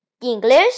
English